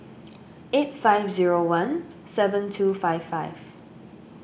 eight five zero one seven two five five